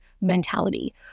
mentality